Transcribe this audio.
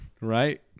Right